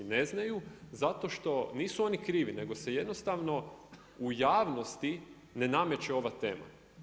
Ne znaju zato što nisu oni krivi nego se jednostavno u javnosti ne nameće ova tema.